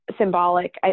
symbolic